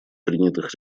принятых